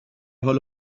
حال